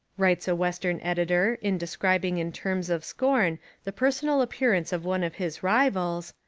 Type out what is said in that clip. writes a western editor in describing in terms of scorn the personal appearance of one of his rivals,